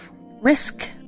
risk